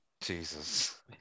Jesus